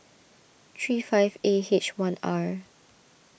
three five A H one R